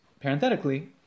parenthetically